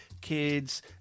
Kids